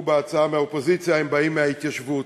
בהצעה מהאופוזיציה הם באים מההתיישבות,